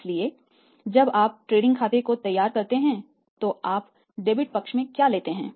इसलिए जब आप ट्रेडिंग खाते को तैयार करते हैं तो आप डेबिट पक्ष में क्या लेते हैं